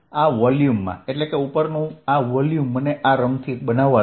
આ વોલ્યુમમાં એટલે કે ઉપરનું આ વોલ્યુમ મને આ રંગથી બનાવવા દો